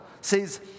says